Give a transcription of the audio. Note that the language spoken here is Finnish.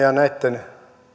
ja näitten